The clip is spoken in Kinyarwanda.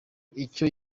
icyo